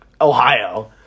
Ohio